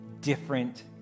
different